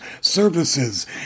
services